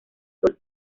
sol